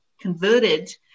converted